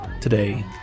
today